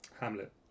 hamlet